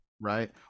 Right